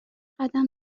قدم